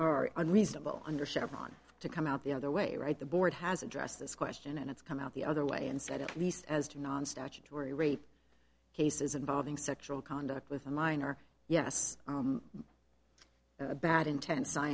s unreasonable under seven to come out the other way right the board has addressed this question and it's come out the other way and said at least as non statutory rape cases involving sexual conduct with a minor yes bad inten